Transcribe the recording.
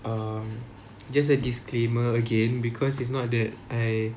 err just a disclaimer again because it's not that I